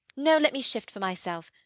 no, let me shift for myself.